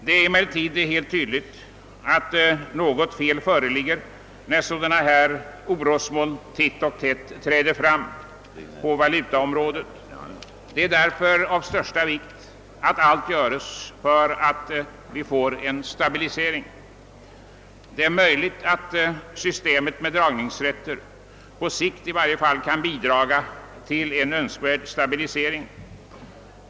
Det är emellertid helt tydligt att något fel föreligger när sådana orosmoln titt och tätt framträder på valutaområdet. Det är därför av största vikt att allt göres för att åstadkomma en stabilisering. Det är möjligt att systemet med dragningsrätter — på längre sikt i varje fall — kan bidraga till en önskvärd stabilisering.